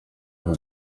aka